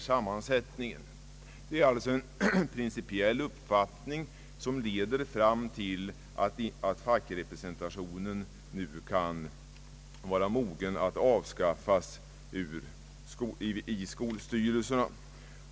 Det är alltså en principiell uppfattning som leder fram till att fackrepresentationen nu kan vara mogen att avskaffas i skolstyrelserna.